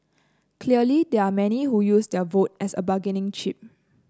clearly there are many who use their vote as a bargaining chip